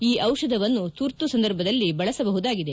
ಈ ಔಷಧವನ್ನು ತುರ್ತು ಸಂದರ್ಭದಲ್ಲಿ ಬಳಸಬಹುದಾಗಿದೆ